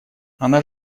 она